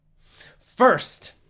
First